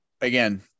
again